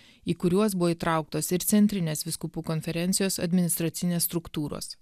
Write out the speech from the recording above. į kuriuos buvo įtrauktos ir centrinės vyskupų konferencijos administracinės struktūros